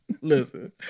Listen